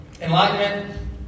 Enlightenment